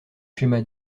schéma